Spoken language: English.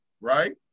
right